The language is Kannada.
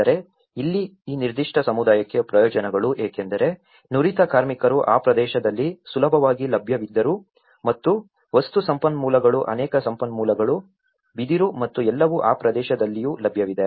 ಆದರೆ ಇಲ್ಲಿ ಈ ನಿರ್ದಿಷ್ಟ ಸಮುದಾಯಕ್ಕೆ ಪ್ರಯೋಜನಗಳು ಏಕೆಂದರೆ ನುರಿತ ಕಾರ್ಮಿಕರು ಆ ಪ್ರದೇಶದಲ್ಲಿ ಸುಲಭವಾಗಿ ಲಭ್ಯವಿದ್ದರು ಮತ್ತು ವಸ್ತು ಸಂಪನ್ಮೂಲಗಳು ಅನೇಕ ಸಂಪನ್ಮೂಲಗಳು ಬಿದಿರು ಮತ್ತು ಎಲ್ಲವೂ ಆ ಪ್ರದೇಶದಲ್ಲಿಯೂ ಲಭ್ಯವಿದೆ